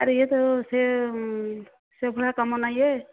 ଆରେ ଇଏ ତ ସେ ସେ ଭଳିଆ କାମ ନା ଇଏ